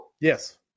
Yes